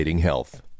health